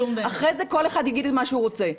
אחרי זה כל אחד יגיד מה שהוא רוצה.